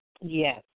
Yes